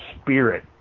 spirit